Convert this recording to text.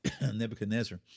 Nebuchadnezzar